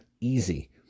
easy